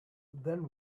then